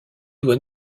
doit